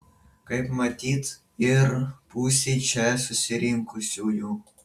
kaip matyt ir pusei čia susirinkusiųjų